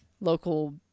local